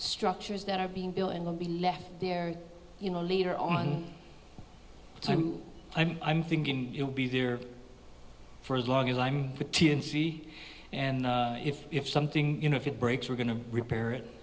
structures that are being built and will be left there you know later on time i'm thinking you'll be there for as long as i'm puttin see and if if something you know if it breaks we're going to repair it